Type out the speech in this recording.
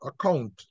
account